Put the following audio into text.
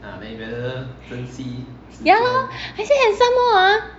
ya lor actually I say and some more ah